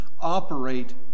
operate